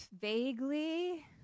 vaguely